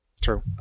True